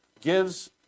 gives